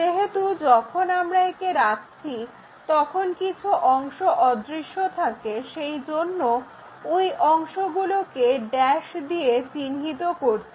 যেহেতু যখন আমরা একে রাখছি তখন কিছু অংশ অদৃশ্য থাকে সেই জন্য ওই অংশগুলোকে ড্যাস দিয়ে চিহ্নিত করছি